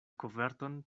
koverton